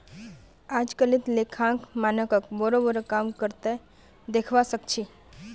अजकालित लेखांकन मानकक बोरो बोरो काम कर त दखवा सख छि